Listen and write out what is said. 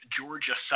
Georgia